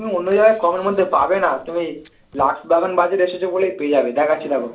তুমি অন্য জায়গায় কমের মধ্যে পাবে না তুমি লাক্সবাগান বাজারে এসেছো বলে পেয়ে যাবে দেখাচ্ছি দেখো